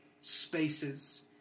spaces